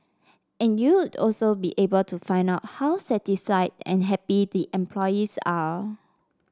and you'd also be able to find out how satisfied and happy the employees are